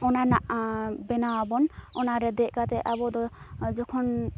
ᱚᱱᱟ ᱨᱮᱱᱟᱜ ᱵᱮᱱᱟᱣ ᱟᱵᱚᱱ ᱚᱱᱟ ᱨᱮ ᱫᱮᱡ ᱠᱟᱛᱮ ᱟᱵᱚ ᱫᱚ ᱡᱚᱠᱷᱚᱱ